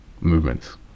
movements